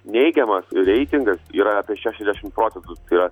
neigiamas reitingas yra apie šešiasdešimt procentų tai yra